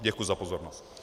Děkuji za pozornost.